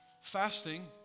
Fasting